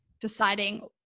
deciding